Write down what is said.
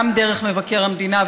גם דרך מבקר המדינה,